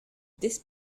this